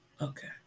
Okay